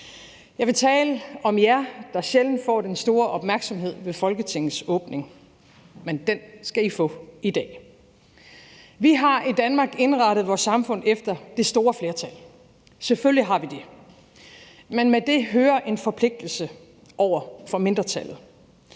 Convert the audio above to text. Jeg vil tale om jer, der sjældent får den store opmærksomhed ved Folketingets åbning, men den skal I få i dag. Vi har i Danmark indrettet vores samfund efter det store flertal – selvfølgelig har vi det. Men med til det hører en forpligtelse over for mindretallet.